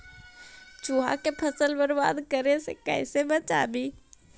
चुहा के फसल बर्बाद करे से कैसे बचाबी?